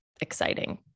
exciting